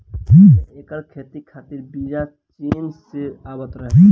पहिले एकर खेती खातिर बिया चीन से आवत रहे